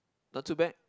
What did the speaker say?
not too bad